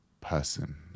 person